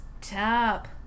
Top